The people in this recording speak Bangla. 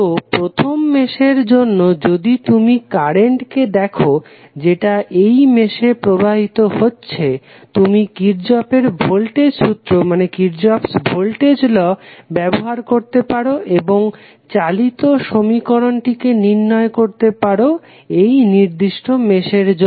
তো প্রথম মেশের জন্য যদি তুমি কারেন্টটিকে দেখো যেটা এই মেশে প্রবাহিত হচ্ছে তুমি কির্শফের ভোল্টেজ সূত্র ব্যবহার করতে পারো এবং চালিত সমীকরণটিকে নির্ণয় করতে পারো এই নির্দিষ্ট মেশের জন্য